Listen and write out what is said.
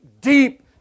deep